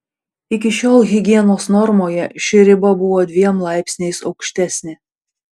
iki šiol higienos normoje ši riba buvo dviem laipsniais aukštesnė